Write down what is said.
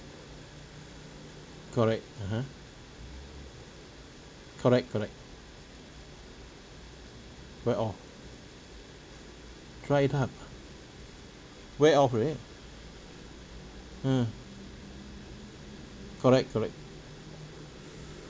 correct (uh huh) correct correct wear off dried up ah wear off already mm correct correct